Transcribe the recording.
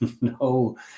no